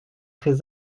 très